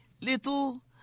little